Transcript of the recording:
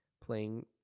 playing